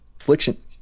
Affliction